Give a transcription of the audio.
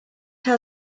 how